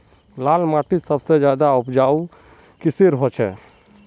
लाल माटित सबसे ज्यादा उपजाऊ किसेर होचए?